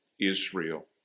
Israel